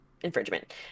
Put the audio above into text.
infringement